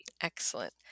Excellent